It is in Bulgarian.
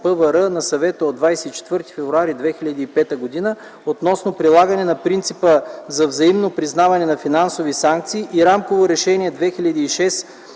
на Съвета от 24 февруари 2005 г. относно прилагане на принципа за взаимно признаване на финансови санкции и Рамково решение